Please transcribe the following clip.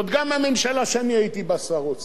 גם מהממשלה שאני הייתי בה שר האוצר.